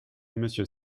monsieur